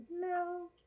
no